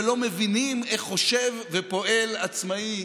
שלא מבינים איך חושב ופועל עצמאי,